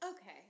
Okay